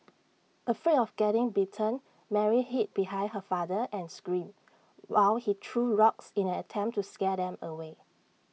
afraid of getting bitten Mary hid behind her father and screamed while he threw rocks in an attempt to scare them away